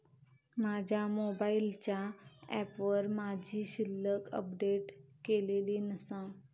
माझ्या मोबाईलच्या ऍपवर माझी शिल्लक अपडेट केलेली नसा